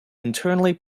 internally